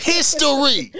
History